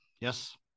yes